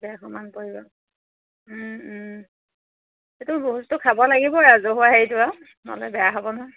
পৰিব সেইটো ভোজটো খাব লাগিব ৰাজহুৱা হেৰিটো আৰু নহ'লে বেয়া হ'ব নহয়